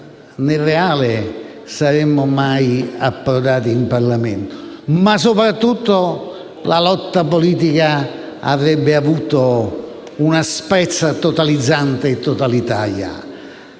né Reale sarebbero mai approdati in Parlamento, ma soprattutto la lotta politica avrebbe avuto un'asprezza totalizzante e totalitaria.